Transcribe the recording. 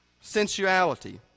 sensuality